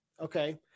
Okay